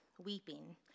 weeping